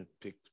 Pick